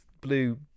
blue